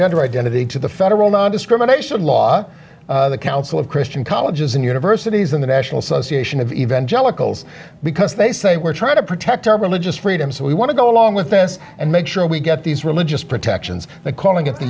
gender identity to the federal nondiscrimination law the council of christian colleges and universities than the national association of evangelicals because they say we're trying to protect our religious freedom so we want to go along with this and make sure we get these religious protections the calling of the